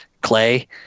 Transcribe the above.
clay